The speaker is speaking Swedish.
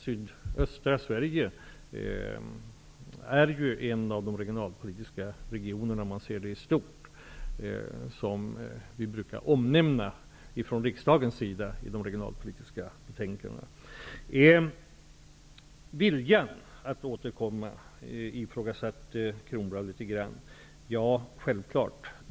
Sydöstra Sverige är ju en av de regioner som brukar omnämnas från riksdagens sida i de regionalpolitiska betänkandena. Bengt Kronblad ifrågasatte viljan att återkomma.